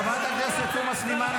חברת הכנסת תומא סלימאן,